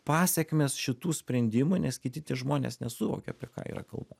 pasekmes šitų sprendimų nes kiti tie žmonės nesuvokia apie ką yra kalba